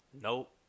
Nope